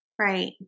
Right